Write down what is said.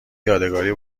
یادگاری